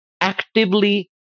actively